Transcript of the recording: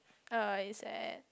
uh it's at